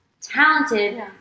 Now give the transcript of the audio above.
talented